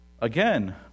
again